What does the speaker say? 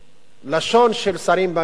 לשון של שרים בממשלה,